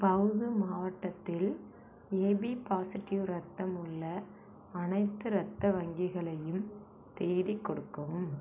பவ்து மாவட்டத்தில் AB positive இரத்தம் உள்ள அனைத்து இரத்த வங்கிகளையும் தேடிக் கொடுக்கவும்